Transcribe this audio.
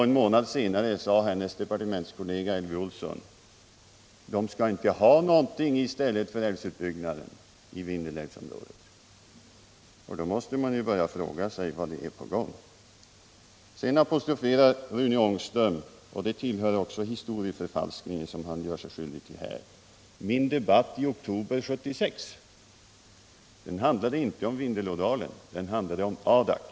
En månad senare sade Birgit Friggebos delådalen departementskollega Elvy Olsson: De skall inte ha någonting i Vindelilvsområdet i stället för älvutbyggnaden. - Då måste man börja fråga sig vad som är på gång. Rune Ångström apostroferar vidare min debatt i oktober 1976 —- med samma historieförfalskning som han tidigare gjort sig skyldig till här. Min debatt då handlade inte om Vindelådalen, utan den handlade om Adak.